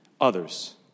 Others